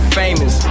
famous